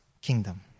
kingdom